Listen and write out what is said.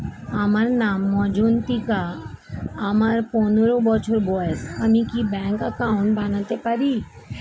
আমার নাম মজ্ঝন্তিকা, আমার পনেরো বছর বয়স, আমি কি ব্যঙ্কে একাউন্ট বানাতে পারি?